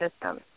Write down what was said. system